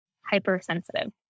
hypersensitive